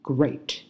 Great